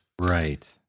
right